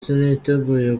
siniteguye